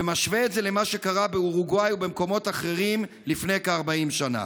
ומשווה את זה למה שקרה באורוגוואי ובמקומות אחרים לפני כ-40 שנה.